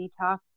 detox